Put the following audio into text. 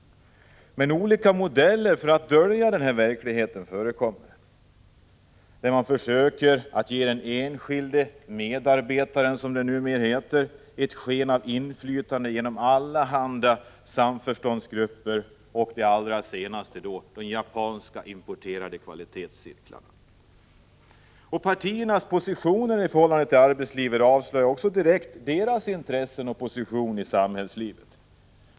Men olika modeller för att dölja denna verklighet förekommer. Man försöker ge den enskilde medarbetaren, som det numera heter, ett sken av inflytande genom allehanda samförståndsgrupper och, det allra senaste, de importerade japanska kvalitetscirklarna. Prot. 1985/86:31 Partiernas positioner i förhållande till arbetslivet avslöjar också direkt — 20 november 1985 deras intresse och position i samhällslivet.